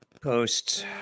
posts